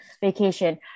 vacation